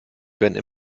werden